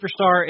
superstar